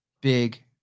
big